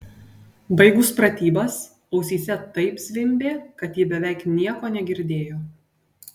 baigus pratybas ausyse taip zvimbė kad ji beveik nieko negirdėjo